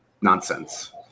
nonsense